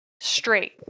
straight